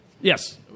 Yes